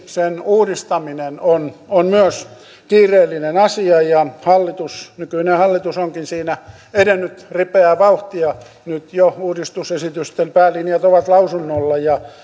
sen uudistaminen on on myös kiireellinen asia ja nykyinen hallitus onkin siinä edennyt ripeää vauhtia nyt jo uudistusesitysten päälinjat ovat lausunnolla ja